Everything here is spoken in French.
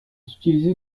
utilisé